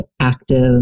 active